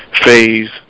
phase